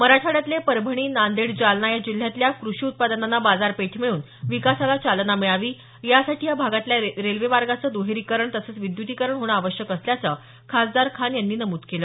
मराठवाड्यातले परभणी नांदेड जालना या जिल्ह्यातल्या कृषी उत्पादनांना बाजारपेठ मिळून विकासाला चालना मिळावी यासाठी या भागातल्या रेल्वे मार्गाचं द्रहेरीकरण तसंच विद्युतीकरण होणं आवश्यक असल्याचं खासदार खान यांनी नमूद केलं